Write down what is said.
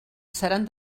seran